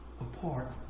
apart